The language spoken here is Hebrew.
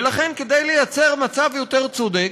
ולכן, כדי לייצר מצב יותר צודק,